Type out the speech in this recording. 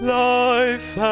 life